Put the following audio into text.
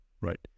right